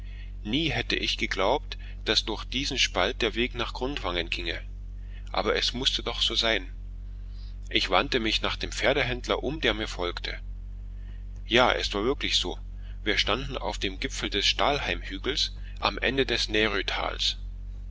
nie hätte ich geglaubt daß durch diesen spalt der weg nach gudvangen ginge aber es mußte doch so sein ich wandte mich nach dem pferdehändler um der mir folgte ja es war wirklich so wir standen auf dem gipfel des stahlheimhügels am ende des närötals